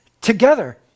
together